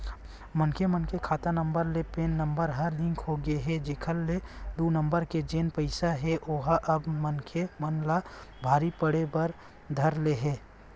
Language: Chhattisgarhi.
मनखे मन के खाता नंबर ले पेन नंबर ह लिंक होगे हे जेखर ले दू नंबर के जेन पइसा हे ओहा अब मनखे मन ला भारी पड़े बर धर ले हे